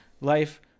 life